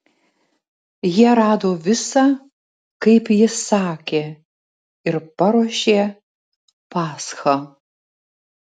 jie rado visa kaip jis sakė ir paruošė paschą